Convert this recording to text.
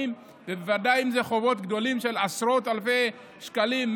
ובוודאי אם זה חובות גדולים של עשרות אלפי שקלים,